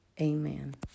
amen